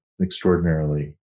extraordinarily